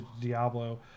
Diablo